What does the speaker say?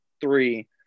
three